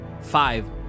Five